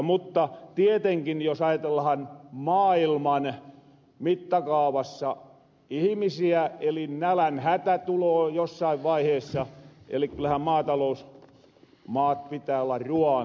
mutta tietenkin jos ajatellahan maailman mittakaavassa ihimisiä niin nälänhätä tuloo jossain vaiheessa eli kyllähän maatalousmaat pitää olla ruuan tuottamiseen